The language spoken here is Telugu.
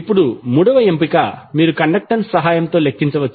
ఇప్పుడు మూడవ ఎంపిక మీరు కండక్టెన్స్ సహాయంతో లెక్కించవచ్చు